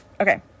Okay